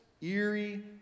eerie